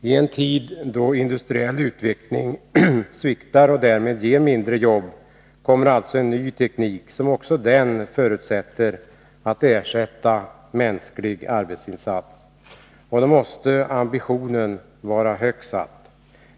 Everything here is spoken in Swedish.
I en tid då industriell utveckling sviktar och därmed ger mindre jobb kommer alltså en ny teknik som också den ger möjlighet att ersätta mänsklig arbetsinsats — då måste ambitionen vara högt satt.